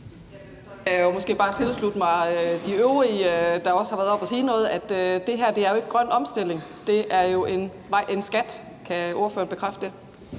jeg måske bare tilslutte mig de øvrige, der også har været oppe at sige noget, og sige, at det her jo ikke er grøn omstilling, men en skat. Kan ordføreren bekræfte det?